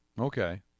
Okay